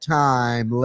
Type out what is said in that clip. time